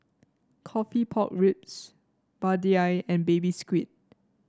coffee Pork Ribs vadai and Baby Squid